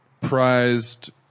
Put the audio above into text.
prized